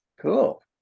Cool